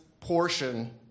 portion